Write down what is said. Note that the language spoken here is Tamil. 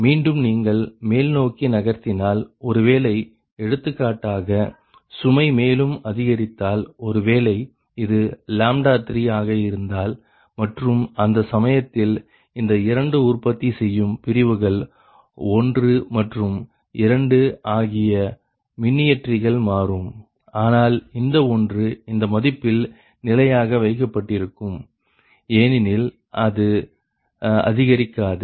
மீண்டும் நீங்கள் மேல்நோக்கி நகர்த்தினால் ஒருவேளை எடுத்துக்காட்டாக சுமை மேலும் அதிகரித்தால் ஒருவேளை இது 3ஆக இருந்தால் மற்றும் அந்த சமயத்தில் இந்த இரண்டு உற்பத்தி செய்யும் பிரிவுகள் ஒன்று மற்றும் இரண்டு ஆகிய மின்னியற்றிகள் மாறும் ஆனால் இந்த ஒன்று இந்த மதிப்பில் நிலையாக வைக்கப்பட்டிருக்கும் ஏனெனில் இது அதிகரிக்காது